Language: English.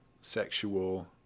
sexual